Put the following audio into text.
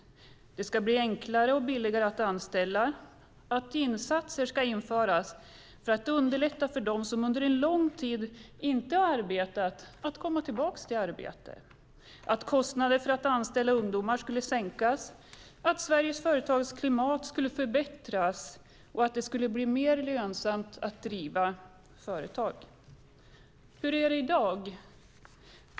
Det skulle bli enklare och billigare att anställa. Insatser skulle införas för att underlätta för dem som under lång tid inte har arbetat att komma tillbaka till arbete. Kostnader för att anställa ungdomar skulle sänkas. Sveriges företagsklimat skulle förbättras, och det skulle bli mer lönsamt att driva företag. Hur är det i dag?